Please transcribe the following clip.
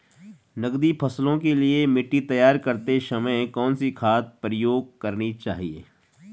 नकदी फसलों के लिए मिट्टी तैयार करते समय कौन सी खाद प्रयोग करनी चाहिए?